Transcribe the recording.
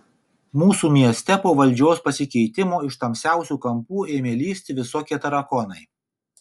mūsų mieste po valdžios pasikeitimo iš tamsiausių kampų ėmė lįsti visokie tarakonai